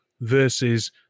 versus